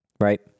Right